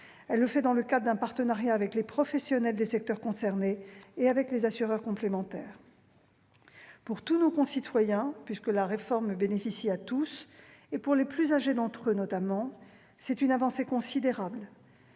Elle le fait dans le cadre d'un partenariat avec les professionnels des secteurs concernés et les assureurs complémentaires. Pour tous nos concitoyens, puisque la réforme bénéficie à tous, et pour les plus âgés d'entre eux notamment, il s'agit d'une avancée considérable.